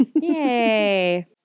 Yay